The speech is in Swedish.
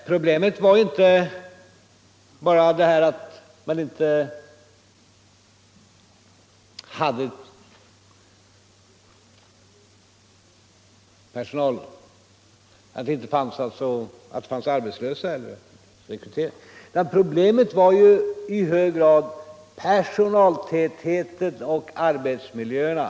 Problemet var inte att det inte fanns arbetslösa att rekrytera, utan problemet var i hög grad personaltätheten och arbetsmiljöerna.